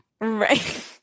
Right